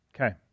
Okay